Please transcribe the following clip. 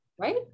right